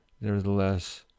nevertheless